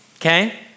okay